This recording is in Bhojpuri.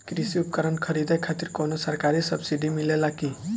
कृषी उपकरण खरीदे खातिर कउनो सरकारी सब्सीडी मिलेला की?